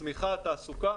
צמיחה ותעסוקה.